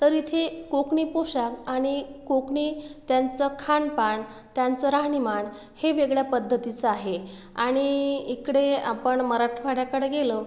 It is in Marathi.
तर इथे कोकणी पोशाख आणि कोकणी त्यांचं खानपान त्यांचं राहणीमान हे वेगळ्या पद्धतीचं आहे आणि इकडे आपण मराठवाड्याकडं गेलो